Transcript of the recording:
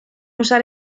usar